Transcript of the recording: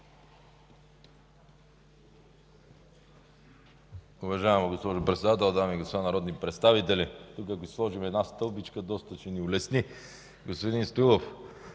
Уважаема госпожо председател, дами и господа народни представители, тук ако сложим една стълбичка, доста ще ни улесни. (Оживление.) Господин Стоилов,